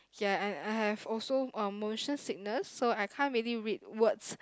ya I I I have also um motion sickness so I can't really read words